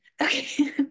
Okay